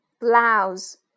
Blouse